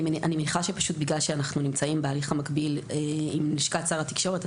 אני מניחה שפשוט בגלל שאנחנו נמצאים בהליך המקביל עם לשכת שר התקשורת,